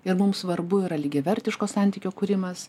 ir mums svarbu yra lygiavertiško santykio kūrimas